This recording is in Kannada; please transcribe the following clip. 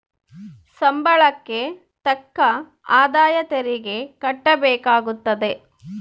ಸಂಬಳಕ್ಕೆ ತಕ್ಕ ಆದಾಯ ತೆರಿಗೆ ಕಟ್ಟಬೇಕಾಗುತ್ತದೆ